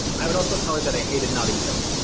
i would also tell her that i hated notting hill.